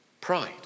pride